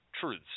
truths